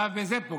ואף בזו פוגעים".